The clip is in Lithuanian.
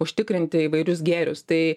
užtikrinti įvairius gėrius tai